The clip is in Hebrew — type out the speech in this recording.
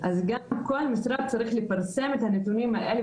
אז גם כל משרד צריך לפרסם את הנתונים האלה,